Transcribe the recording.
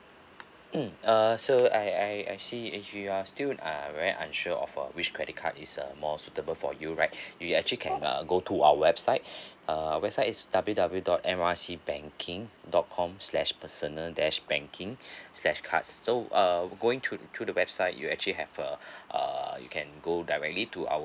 mm err so I I I see if you are still uh very unsure of uh which credit card is err more suitable for you right you actually can uh go to our website uh website is W W dot M R C banking dot com slash personal dash banking slash cards so err going to through to the website you actually have a uh you can go directly to our